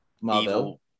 Marvel